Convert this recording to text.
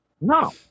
No